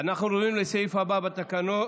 אנחנו עוברים לסעיף הבא בסדר-היום,